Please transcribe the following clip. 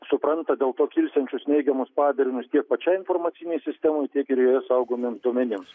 supranta dėl to kilsiančius neigiamus padarinius tiek pačiai informacinei sistemai tiek ir joje saugomiem duomenims